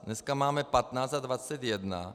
Dneska máme 15 a 21.